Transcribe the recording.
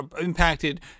impacted